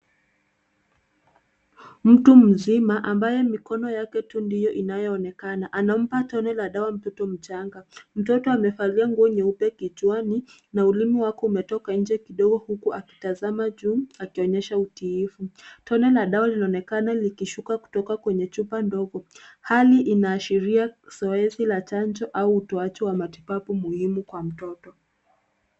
Mtu mzima ambaye mikono yake tu ndiyo inayoonekana anampa tone la dawa mtoto mchanga. Mtoto amevalia nguo nyeupe kichwani na ulimi wake umetoka nje kidogo huku akitazama juu akionyesha utiifu. Tone la dawa linaonekana likishuka kutoka kwenye chupa ndogo. Hali inaashiria zoezi la chanjo au utoaji matibabu muhimu kwa mtoto.